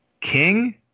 King